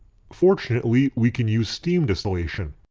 fortunately we can use steam distillation.